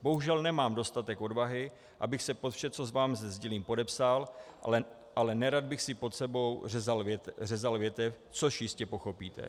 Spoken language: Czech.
Bohužel nemám dostatek odvahy, abych se pod vše, co vám sdělím, podepsal, ale nerad bych si pod sebou řezal větev, což jistě pochopíte.